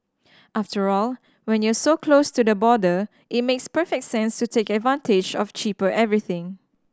after all when you're so close to the border it makes perfect sense to take advantage of cheaper everything